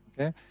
okay